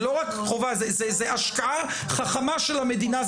זה לא רק חובה, זו השקעה, השקעה חכמה של המדינה.